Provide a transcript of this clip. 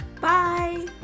Bye